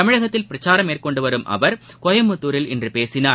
தமிழகத்தில் பிரச்சாரம் மேற்கொண்டு வரும் அவர் கோயம்புத்தூரில் இன்று பேசினார்